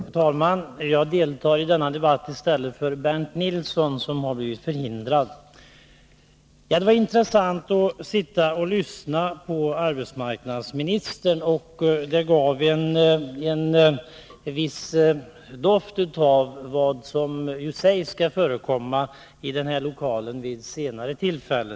Herr talman! Jag deltar i denna debatt i stället för Bernt Nilsson, som har blivit förhindrad. Det var intressant att sitta och lyssna på arbetsmarknadsministern. Hans inlägg hade en doft av vad som sägs skall förekomma i den här lokalen vid senare tillfälle.